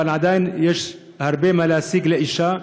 אבל עדיין יש הרבה מה להשיג לאישה,